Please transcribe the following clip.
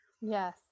Yes